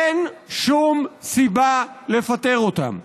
אין שום סיבה לפטר אותם.